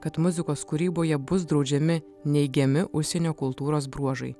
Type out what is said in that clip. kad muzikos kūryboje bus draudžiami neigiami užsienio kultūros bruožai